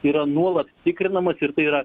yra nuolat tikrinamas ir tai yra